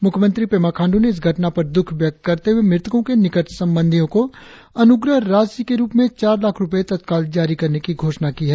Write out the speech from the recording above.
मुख्यमंत्री पेमा खांडू ने इस घटना पर दुख व्यक्त करते हुए मृतको के निकट संबंधी को अनुग्रह राशि के रुप में चार लाख़ रुपये तत्काल जारी करने की घोषणा की है